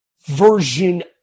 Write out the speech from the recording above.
version